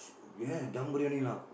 ya Dum Briyani லா ஆக்கும்:laa aakkum